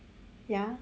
ya